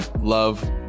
love